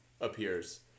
appears